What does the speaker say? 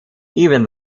even